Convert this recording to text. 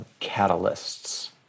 catalysts